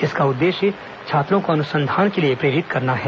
इसका उद्देश्य छात्रों को अनुसंधान के लिए प्रेरित करना है